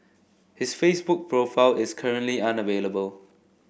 his Facebook profile is currently unavailable